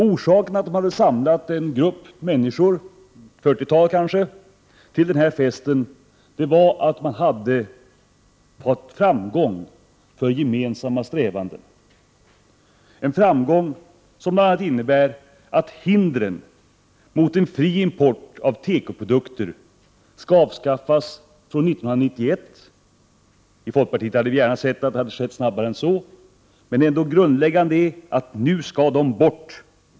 Orsaken till att man hade samlat en grupp människor, kanske ett fyrtiotal, till den här festen var att man hade haft framgång i gemensamma strävanden, en framgång som bl.a. innebär att hindren för en fri import av tekoprodukter skall avskaffas 1991. I folkpartiet hade vi gärna sett att det hade skett tidigare än så, men det grundläggande är att hindren nu skall bort.